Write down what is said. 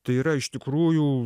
tai yra iš tikrųjų